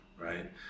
right